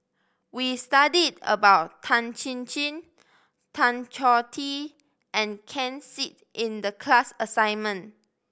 we studied about Tan Chin Chin Tan Choh Tee and Ken Seet in the class assignment